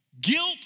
Guilt